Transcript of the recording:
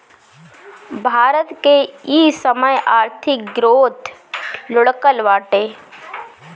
भारत के इ समय आर्थिक ग्रोथ लुढ़कल बाटे